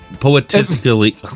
poetically